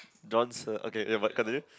John Sir okay eh but continue